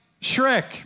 Shrek